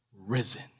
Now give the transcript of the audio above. risen